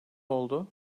oldu